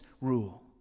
rule